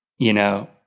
you know,